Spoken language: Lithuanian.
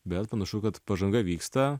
bet panašu kad pažanga vyksta